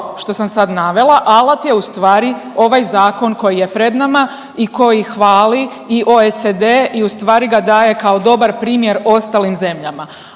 što sam sad navela alat je ustvari ovaj zakon koji je pred nama i koji hvali i OECD i ustvari ga daje kao dobar primjer ostalim zemljama.